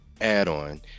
add-on